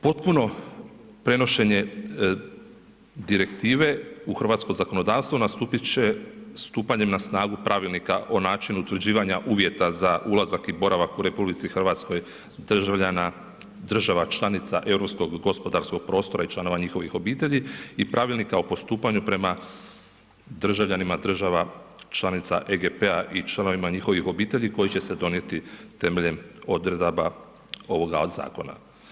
Potpuno prenošenje direktive u hrvatsko zakonodavstvo nastupit će stupanjem na snagu Pravilnika o načinu utvrđivanja uvjeta za ulazak i boravak u RH državljana država članica Europskog gospodarskog prostora i članova njihovih obitelji i Pravilnika o postupanju prema državljanima država članica EGP-a i članovima njihovih obitelji koji će se donijeti temeljem odredaba ovoga zakona.